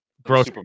Gross